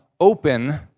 open